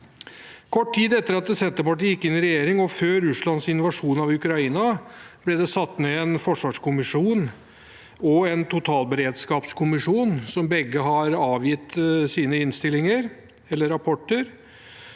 Kort tid etter at Senterpartiet gikk inn i regjering, og før Russlands invasjon av Ukraina, ble det satt ned en forsvarskommisjon og en totalberedskapskommisjon, som begge har avgitt sine rapporter.